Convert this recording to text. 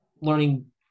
learning